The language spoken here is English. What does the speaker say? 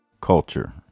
Culture